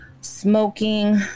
smoking